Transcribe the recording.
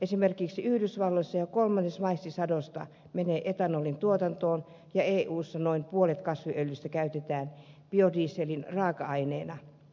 esimerkiksi yhdysvalloissa jo kolmannes maissisadosta menee etanolin tuotantoon ja eussa noin puolet kasviöljystä käytetään biodieselin raaka aineena